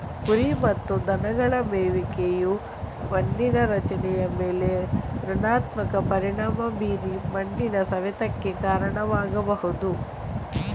ಕುರಿ ಮತ್ತು ದನಗಳ ಮೇಯುವಿಕೆಯು ಮಣ್ಣಿನ ರಚನೆಯ ಮೇಲೆ ಋಣಾತ್ಮಕ ಪರಿಣಾಮ ಬೀರಿ ಮಣ್ಣಿನ ಸವೆತಕ್ಕೆ ಕಾರಣವಾಗ್ಬಹುದು